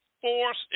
force